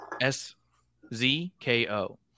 S-Z-K-O